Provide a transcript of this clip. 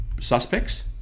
suspects